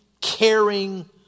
caring